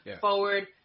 forward